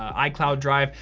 ah icloud drive,